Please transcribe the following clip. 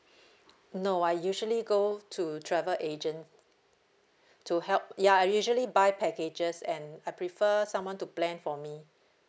no I usually go to travel agent to help ya I usually buy packages and I prefer someone to plan for me